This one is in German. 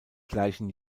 gleichen